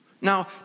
Now